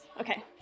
Okay